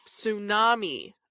tsunami